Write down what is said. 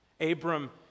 Abram